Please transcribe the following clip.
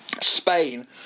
Spain